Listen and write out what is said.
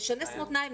לשנס מותניים,